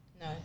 No